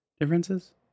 Differences